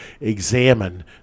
examine